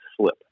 slip